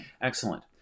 Excellent